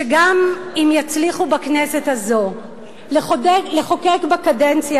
שגם אם יצליחו בכנסת הזו לחוקק בקדנציה